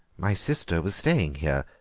my sister was staying here,